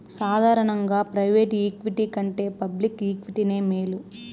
సాదారనంగా private equity కంటే public ఈక్విటీనే మేలు